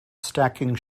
stacking